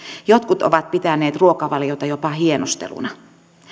jotkut ovat pitäneet ruokavaliota jopa hienosteluna